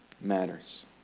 matters